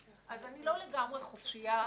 אז אני לא לגמרי חופשיה להתבטא.